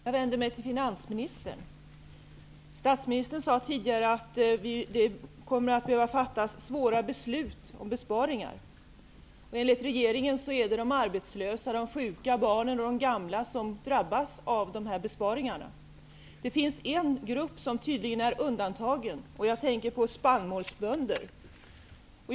Fru talman! Jag vill vända mig till finansministern. Statsministern sade tidigare att man kommer att behöva fatta svåra beslut om besparingar. Enligt regeringen är det de arbetslösa, de sjuka, barnen och de gamla som drabbas av dessa besparingar. Det finns en grupp som tydligen är undantagen. Jag tänker då på spannmålsbönder.